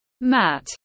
Matt